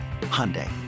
Hyundai